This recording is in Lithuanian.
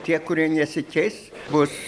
tie kurie nesikeis bus